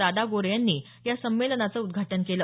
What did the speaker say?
दादा गोरे यांनी या संमेलनाचं उद्घाटन केलं